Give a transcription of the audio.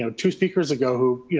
so two speakers ago,